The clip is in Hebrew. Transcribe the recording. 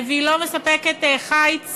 והיא לא מספקת חיץ